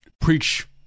preach